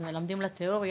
אז מלמדים לתיאוריה.